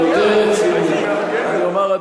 אני אומר,